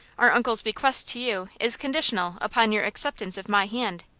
our uncle's bequest to you is conditional upon your acceptance of my hand.